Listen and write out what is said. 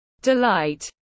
delight